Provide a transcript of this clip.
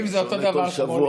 שעונה כל שבוע.